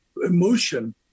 emotion